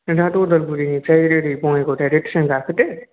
नोंथाङाथ' उदालगुरिनिफ्राय ओरै बङाइगाव डाइरेक्ट ट्रेन गाखोदो